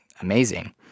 amazing